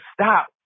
stop